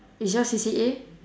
is yours C_C_A